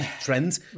trends